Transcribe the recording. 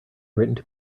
written